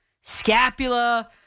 Scapula